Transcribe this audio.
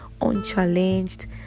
unchallenged